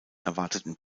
erwarteten